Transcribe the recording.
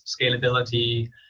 scalability